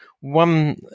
one